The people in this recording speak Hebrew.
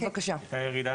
הייתה ירידה,